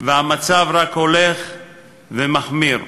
והמצב רק הולך ומחמיר.